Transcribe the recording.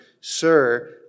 Sir